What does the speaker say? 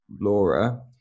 Laura